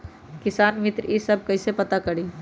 किसान मित्र ई सब मे कईसे पता करी?